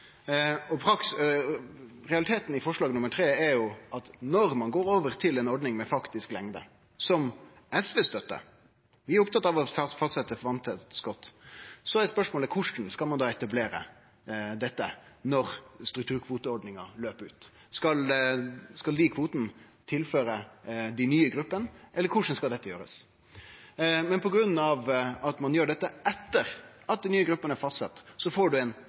Realiteten i forslag nr. 3 er jo at når vi går over til ei ordning med faktisk lengde, som SV støttar – vi er opptatt av å fastsetje vasstette skott – er spørsmålet: Korleis skal ein etablere dette når strukturkvoteordninga løper ut? Skal ein tilføre dei kvotane til dei nye gruppene? Korleis skal ein gjere dette? Sidan ein gjer dette etter at dei nye gruppene er blitt fastsette, får